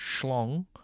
schlong